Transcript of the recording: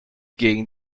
gegen